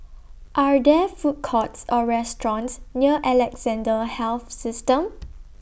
Are There Food Courts Or restaurants near Alexandra Health System